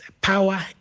power